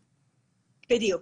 בדיוק.